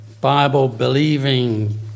Bible-believing